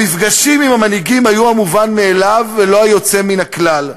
המפגשים עם המנהיגים היו המובן מאליו ולא היוצא מן הכלל.